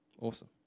awesome